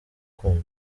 kundi